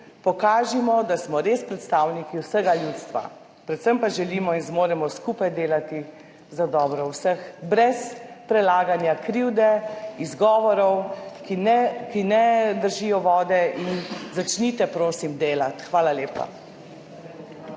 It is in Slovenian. Pokažimo, da smo res predstavniki vsega ljudstva, predvsem pa, da želimo in zmoremo skupaj delati za dobro vseh, brez prelaganja krivde, izgovorov, ki ne držijo vode. In začnite, prosim, delati. Hvala lepa.